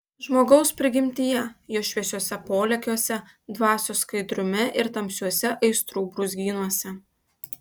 žmogaus prigimtyje jo šviesiuose polėkiuose dvasios skaidrume ir tamsiuose aistrų brūzgynuose